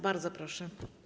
Bardzo proszę.